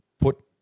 put